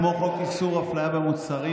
כמו חוק איסור הפליה במוצרים,